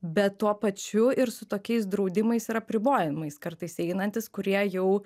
bet tuo pačiu ir su tokiais draudimais ir apribojimais kartais einantis kurie jau